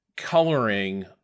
coloring